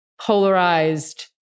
polarized